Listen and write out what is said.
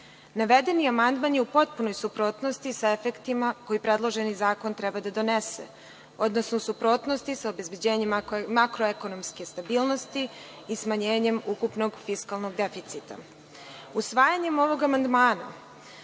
Navedeni amandman je u potpunoj suprotnosti sa efektima koje predloženi zakon treba da donese, odnosno u suprotnosti sa obezbeđenjem makroekonomske stabilnosti i smanjenjem ukupnog fiskalnog deficita. Usvajanjem ovog amandmana